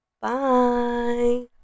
Bye